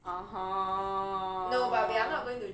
orh hor